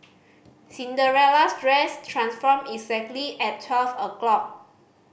Cinderella's dress transformed exactly at twelve o' clock